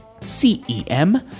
C-E-M